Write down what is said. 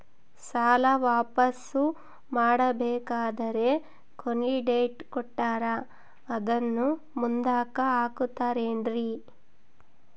ಸಾಲ ವಾಪಾಸ್ಸು ಮಾಡಬೇಕಂದರೆ ಕೊನಿ ಡೇಟ್ ಕೊಟ್ಟಾರ ಅದನ್ನು ಮುಂದುಕ್ಕ ಹಾಕುತ್ತಾರೇನ್ರಿ?